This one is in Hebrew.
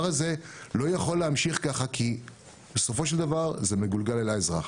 הזה לא יכול להמשיך ככה כי בסופו של דבר זה מגולגל אל האזרח.